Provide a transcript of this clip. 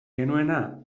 genuena